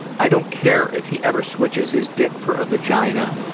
i don't care if he ever switches his dick for a vagina,